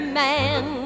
man